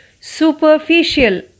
superficial